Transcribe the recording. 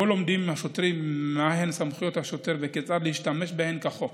שבו לומדים השוטרים מהן סמכויות השוטר וכיצד להשתמש בהן כחוק,